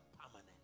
permanent